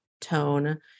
tone